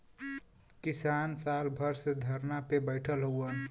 किसान साल भर से धरना पे बैठल हउवन